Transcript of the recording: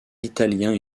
italiens